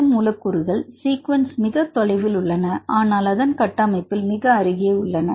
சில மூலக்கூறுகள் சீகுவென்ஸில் மிகத் தொலைவில் உள்ளன ஆனால் அதன் கட்டமைப்பில் மிக அருகே உள்ளன